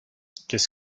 qu’est